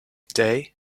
day